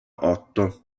otto